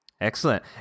Excellent